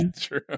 true